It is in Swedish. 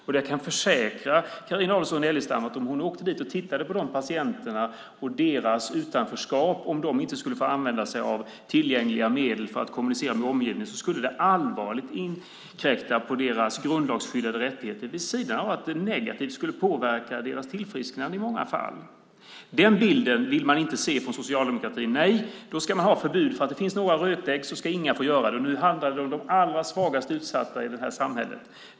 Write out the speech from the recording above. Jag kan försäkra Carina Adolfsson Elgestam att om hon åkte dit och tittade på de patienterna och det utanförskap de skulle hamna i om de inte skulle få använda sig av tillgängliga medel för att kommunicera med omgivningen skulle hon se att det allvarligt skulle inkräkta på deras grundlagsskyddade rättigheter, vid sidan av att det negativt skulle påverka deras tillfrisknande i många fall. Den bilden vill man inte se från socialdemokratin. Nej, man vill ha förbud. Eftersom det finns några rötägg ska ingen få göra detta. Nu handlar det om de allra svagaste och mest utsatta i det här samhället.